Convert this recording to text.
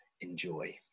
enjoy